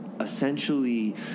essentially